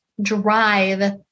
drive